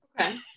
Okay